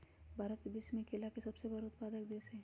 भारत विश्व में केला के सबसे बड़ उत्पादक देश हई